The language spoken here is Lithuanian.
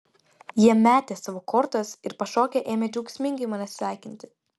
jie metė savo kortas ir pašokę ėmė džiaugsmingai mane sveikinti